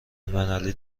المللی